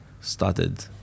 started